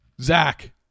Zach